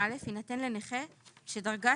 וזה צריך להגיד שזו התוספת של שרשבסקי.